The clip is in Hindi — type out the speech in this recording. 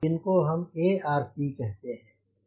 इनको हम ARC कहते हैं